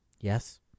Yes